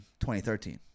2013